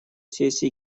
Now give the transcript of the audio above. сессии